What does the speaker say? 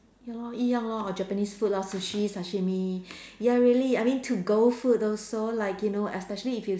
ya lor 一样 lor Japanese food lor sushi sashimi ya really I mean to go food also like you know especially if you